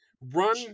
Run